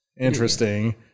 Interesting